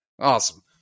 Awesome